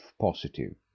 positive